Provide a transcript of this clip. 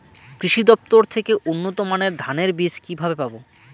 কৃষি দফতর থেকে উন্নত মানের ধানের বীজ কিভাবে পাব?